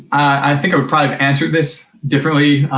i think i'd probably answer this differently,